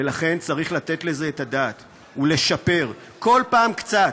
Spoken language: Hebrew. ולכן צריך לתת לזה את הדעת ולשפר, כל פעם קצת,